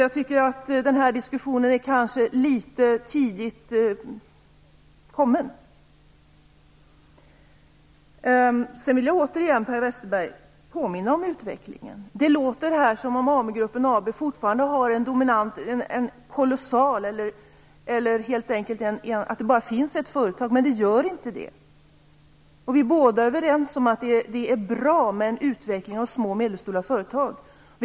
Jag tycker att diskussionen kanske är litet tidigt kommen. Jag vill återigen påminna om utvecklingen, Per Westerberg. Det låter här som om AMU-gruppen AB fortfarande har en kolossalt dominant ställning eller som att det helt enkelt bara finns ett företag. Men så är det inte! Vi är båda överens om att en utveckling av små och medelstora företag är bra.